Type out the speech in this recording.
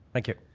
thank you.